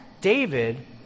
David